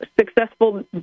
successful